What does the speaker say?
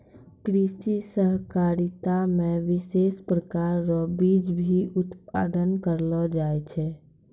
कृषि सहकारिता मे विशेष प्रकार रो बीज भी उत्पादन करलो जाय छै